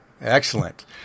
Excellent